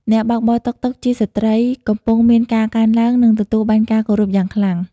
អ្នកបើកបរតុកតុកជាស្ត្រី កំពុងមានការកើនឡើង និងទទួលបានការគោរពយ៉ាងខ្លាំង។